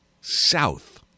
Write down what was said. south